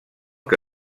que